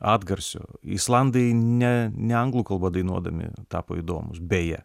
atgarsio islandai ne ne anglų kalba dainuodami tapo įdomūs beje